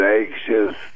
anxious